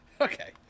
Okay